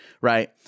right